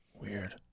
Weird